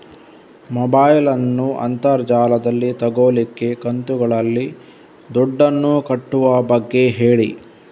mobile ನ್ನು ಅಂತರ್ ಜಾಲದಲ್ಲಿ ತೆಗೋಲಿಕ್ಕೆ ಕಂತುಗಳಲ್ಲಿ ದುಡ್ಡನ್ನು ಕಟ್ಟುವ ಬಗ್ಗೆ ಹೇಳಿ